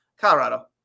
Colorado